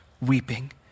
weeping